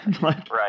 Right